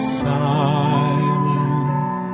silent